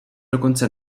dokonce